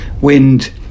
wind